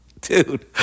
Dude